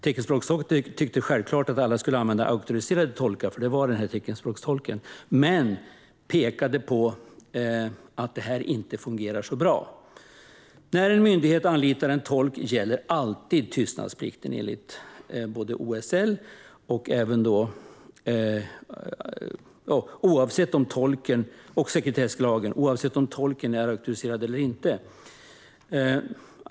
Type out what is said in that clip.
Teckenspråkstolken tyckte naturligtvis att alla skulle använda sig av auktoriserade tolkar - det var tolken i fråga själv - men pekade på att detta inte fungerade särskilt bra. När en myndighet anlitar en tolk gäller alltid tystnadsplikten enligt offentlighets och sekretesslagen, OSL, oavsett om tolken är auktoriserad eller inte.